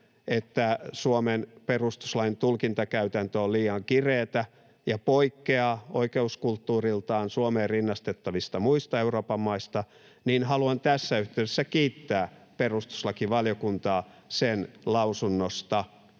että Suomen perustuslain tulkintakäytäntö on liian kireätä ja poikkeaa oikeuskulttuuriltaan Suomeen rinnastettavista muista Euroopan maista, haluan tässä yhteydessä kiittää perustuslakivaliokuntaa sen lausunnosta,